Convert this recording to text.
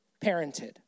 parented